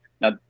Now